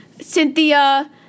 Cynthia